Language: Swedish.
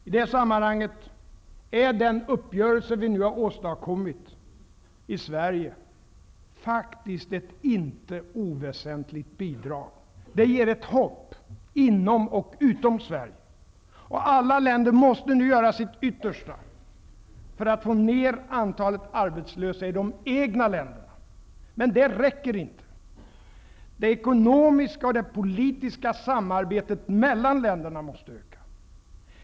I det sammanhanget är den uppgörelse vi nu har åstadkommit i Sverige faktiskt ett inte oväsentligt bidrag. Det ger ett hopp inom och utom Sverige. Alla länder måste nu göra sitt yttersta för att få ned antalet arbetslösa i de egna länderna. Men det räcker inte. Det ekonomiska och politiska samarbetet mellan länderna måste öka.